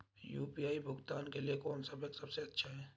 UPI भुगतान के लिए कौन सा बैंक सबसे अच्छा है?